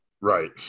Right